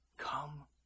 Come